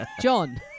John